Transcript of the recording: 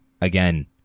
Again